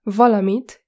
valamit